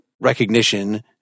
recognition